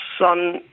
son